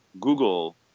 Google